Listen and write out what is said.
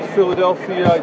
Philadelphia